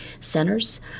centers